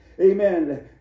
Amen